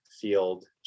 field